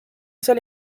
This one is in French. seul